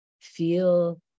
Feel